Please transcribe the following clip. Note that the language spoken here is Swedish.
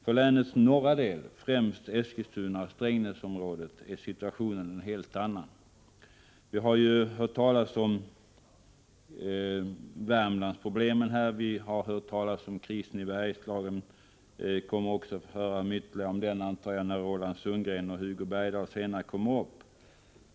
För länets norra del — främst Eskilstunaoch Strängnäsområdet — är situationen en helt annan. Vi har hört talas om Värmlandsproblemen, och vi har hört talas om krisen i Bergslagen. Vi kommer också att få höra något ytterligare om dem när Roland Sundgren och Hugo Bergdahl kommer upp i talarstolen.